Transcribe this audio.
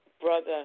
Brother